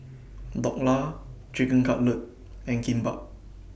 Dhokla Chicken Cutlet and Kimbap